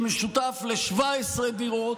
שמשותף ל-17 דירות,